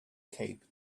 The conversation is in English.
cape